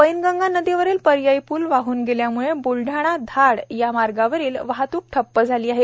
पैनगंगा नदीवरील पर्यायी प्ल वाहून गेल्यामुळे बुलडाणा धाड या मार्गावरील वाहतूक ठप्प झाली आहे